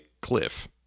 Cliff